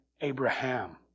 Abraham